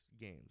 games